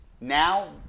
now